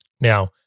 Now